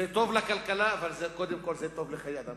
זה טוב לכלכלה, אבל קודם כול זה טוב לחיי אדם.